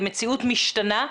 מציאות משתנה,